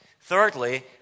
thirdly